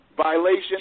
Violation